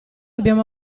abbiamo